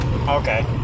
Okay